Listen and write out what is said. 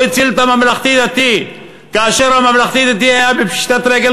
הוא הציל את הממלכתי-דתי כאשר הממלכתי-דתי היה בפשיטת רגל,